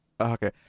Okay